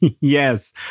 Yes